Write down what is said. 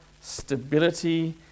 stability